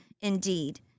indeed